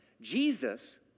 Jesus